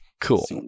Cool